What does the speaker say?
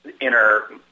inner